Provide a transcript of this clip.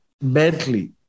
mentally